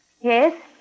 Yes